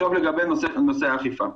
לגבי נושא האכיפה.